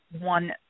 one